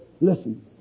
Listen